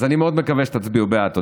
אז אני מאוד מקווה שתצביעו בעד.